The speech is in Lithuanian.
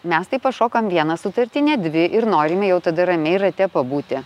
mes tai pašokam vieną sutartinę dvi ir norime jau tada ramiai rate pabūti